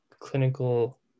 clinical